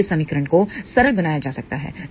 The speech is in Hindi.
अब इस समीकरण को और सरल बनाया जा सकता है